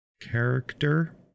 character